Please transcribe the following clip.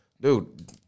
dude